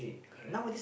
correct